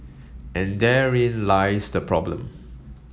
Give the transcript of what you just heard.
and therein lies the problem